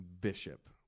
Bishop